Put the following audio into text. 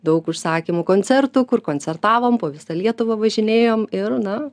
daug užsakymų koncertų kur koncertavom po visą lietuvą važinėjom ir na